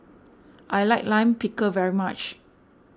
I like Lime Pickle very much